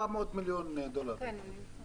אני חבר בצוות.